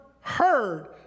heard